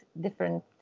different